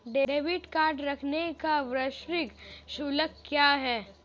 Debit card रखने का वार्षिक शुल्क क्या है?